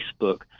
Facebook